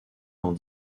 dans